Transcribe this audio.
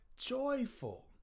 Joyful